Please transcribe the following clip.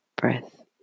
breath